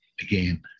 again